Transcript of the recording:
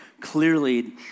Clearly